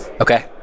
Okay